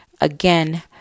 again